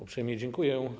Uprzejmie dziękuję.